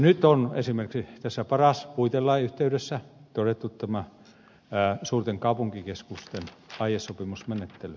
nyt on esimerkiksi tässä paras puitelain yhteydessä todettu tämä suurten kaupunkikeskusten aiesopimusmenettely